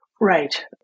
Right